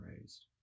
raised